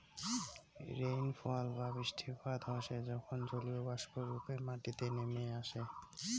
rainfall বা বৃষ্টিপাত হসে যখন জলীয়বাষ্প রূপে মাটিতে নেমে আসাং